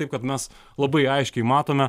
taip kad mes labai aiškiai matome